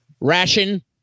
ration